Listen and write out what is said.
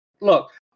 look